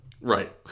Right